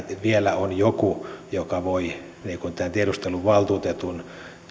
vielä on joku joka voi tämän tiedusteluvaltuutetun